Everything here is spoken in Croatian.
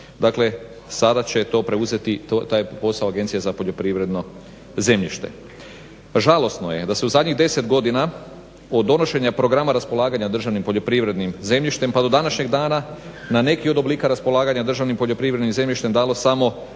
Dakle, sada će to preuzeti, taj posao Agencija za poljoprivredno zemljište. Žalosno je da se u zadnjih 10 godina od donošenja programa raspolaganja državnim poljoprivrednim zemljištem pa do današnjeg dana na neki od oblika raspolaganja državnim poljoprivrednim zemljištem dalo samo,